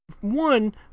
One